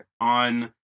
on